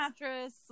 mattress